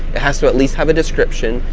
it has to at least have a description,